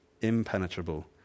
impenetrable